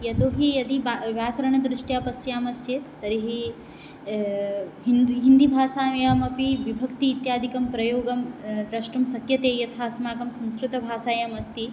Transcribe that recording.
यतो हि यदि बा व्याकरणदृष्ट्या पश्यामश्चेत् तर्हि हिन् हिन्दीभाषायामपि विभक्ति इत्यादिकप्रयोगः द्रष्टुं शक्यते यथा अस्माकं संस्कृतभाषायमस्ति